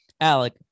Alec